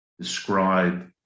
describe